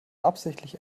absichtlich